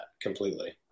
completely